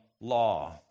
law